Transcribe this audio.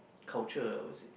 culture I would said